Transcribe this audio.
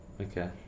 Okay